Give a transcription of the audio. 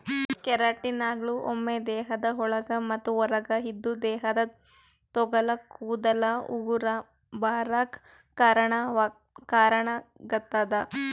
ಕೆರಾಟಿನ್ಗಳು ನಮ್ಮ್ ದೇಹದ ಒಳಗ ಮತ್ತ್ ಹೊರಗ ಇದ್ದು ದೇಹದ ತೊಗಲ ಕೂದಲ ಉಗುರ ಬರಾಕ್ ಕಾರಣಾಗತದ